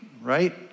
right